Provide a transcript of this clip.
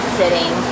sitting